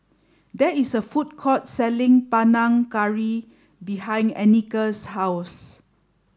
there is a food court selling Panang Curry behind Anika's house